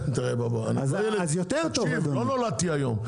תקשיב, לא נולדתי היום.